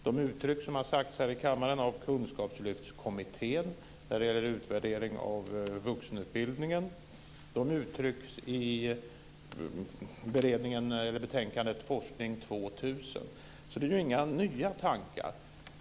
De uttrycks, som har sagts här i kammaren, av Kunskapslyftskommittén när det gäller utvärdering av vuxenutbildningen. De uttrycks i betänkandet Forskning 2000. Det är alltså inga nya tankar.